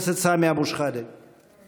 שאם הוא היה במקומך הוא היה אומר לא.